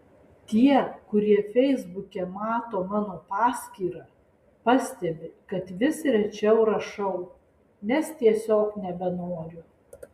tie kurie feisbuke mato mano paskyrą pastebi kad vis rečiau rašau nes tiesiog nebenoriu